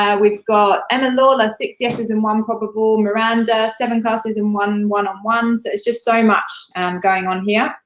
ah we've got emma and and lawler, six yeses and one probable. miranda, seven classes and one one on one, so it's just so much and going on here.